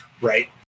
Right